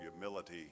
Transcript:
Humility